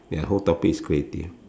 ya whole topic is creative